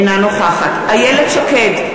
אינה נוכחת איילת שקד,